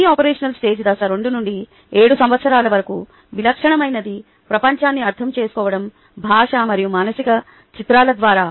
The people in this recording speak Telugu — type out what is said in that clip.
ప్రి ఓపెరాషనల్ స్టేజ్ దశ 2 నుండి 7 సంవత్సరాల వరకు విలక్షణమైనది ప్రపంచాన్ని అర్థం చేసుకోవడం భాష మరియు మానసిక చిత్రాల ద్వారా